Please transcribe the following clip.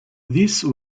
these